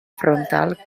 frontal